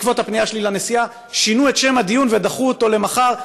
בעקבות הפנייה שלי לנשיאה שינו את שם הדיון ודחו אותו למחר,